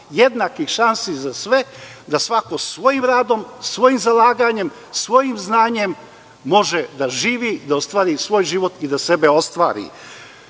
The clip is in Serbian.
Jednakih šansi za sve, da svako svojim radom, svojim zalaganjem, svojim znanjem može da živi i da ostvari svoj život i da sebe ostvari.